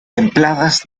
templadas